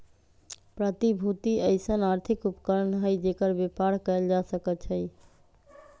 प्रतिभूति अइसँन आर्थिक उपकरण हइ जेकर बेपार कएल जा सकै छइ